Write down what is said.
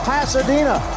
Pasadena